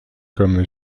comme